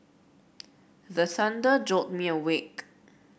the thunder jolt me awake